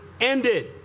ended